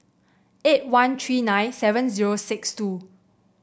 eight one three nine seven zero six two